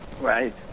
Right